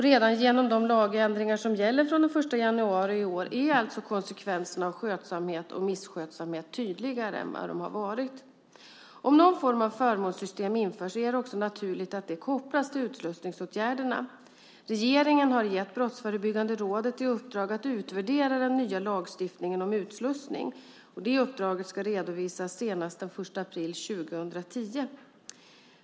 Redan genom de lagändringar som gäller från den 1 januari i år är alltså konsekvenserna av skötsamhet och misskötsamhet tydligare än vad de har varit. Om någon form av förmånssystem införs är det också naturligt att det kopplas till utslussningsåtgärderna. Regeringen har gett Brottsförebyggande rådet i uppdrag att utvärdera den nya lagstiftningen om utslussning. Uppdraget ska redovisas senast den 1 april 2010.